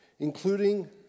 including